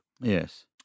Yes